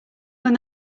when